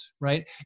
right